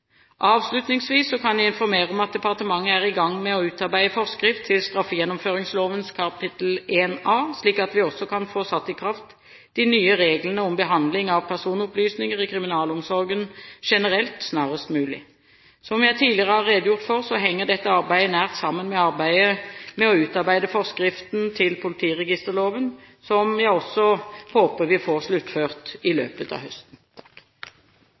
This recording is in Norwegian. Avslutningsvis kan jeg informere om at departementet er i gang med å utarbeide forskrift til straffegjennomføringsloven kapittel 1a, slik at vi også kan få satt i kraft de nye reglene om behandling av personopplysninger i kriminalomsorgen generelt snarest mulig. Som jeg tidligere har redegjort for, henger dette arbeidet nært sammen med arbeidet med å utarbeide forskriften til politiregisterloven, som jeg også håper vi får sluttført i løpet av høsten.